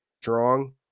strong